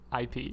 IP